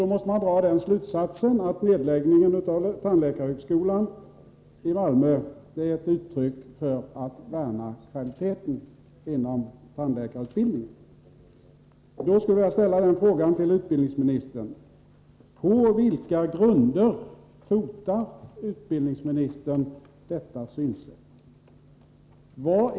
Då måste man dra den slutsatsen att nedläggningen av tandläkarhögskolan i Malmö är ett uttryck för att man vill värna om kvaliteten inom tandläkarut bildningen. Jag vill fråga utbildningsministern: På vilka grunder fotar utbildningsministern detta synsätt?